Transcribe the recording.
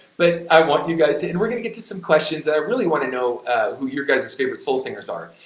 but i want you guys to, and we're gonna get to some questions, i really want to know who your guys' favorite soul singers are.